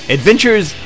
Adventures